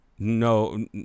No